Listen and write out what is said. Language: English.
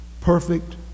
perfect